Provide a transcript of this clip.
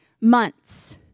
months